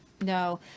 No